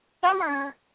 Summer